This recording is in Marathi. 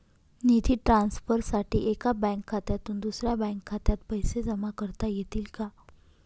निधी ट्रान्सफरसाठी एका बँक खात्यातून दुसऱ्या बँक खात्यात पैसे जमा करता येतील का?